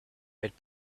with